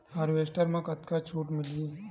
Harvester म कतका छूट मिलही?